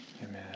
Amen